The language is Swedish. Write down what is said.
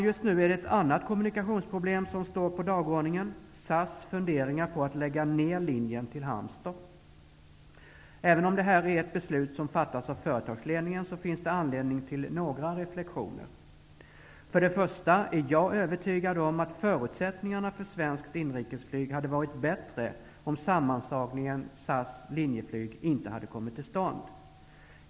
Just nu är det ett annat kommunikationsproblem som står på dagordningen, SAS funderingar på att lägga ned linjen till Halmstad. Även om det här är ett beslut som fattas av företagsledningen, finns det anledning till några reflektioner. Jag är övertygad om att förutsättningarna för svenskt inrikesflyg hade varit bättre om sammanslagningen SAS--Linjeflyg inte hade kommit till stånd.